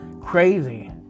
Crazy